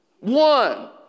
One